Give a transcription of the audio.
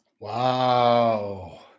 Wow